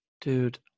dude